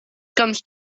comes